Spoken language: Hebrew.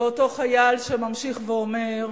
ואותו חייל שממשיך ואומר: